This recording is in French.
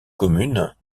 commune